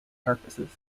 purposes